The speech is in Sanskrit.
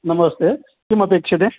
नमस्ते किमपेक्ष्यते